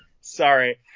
sorry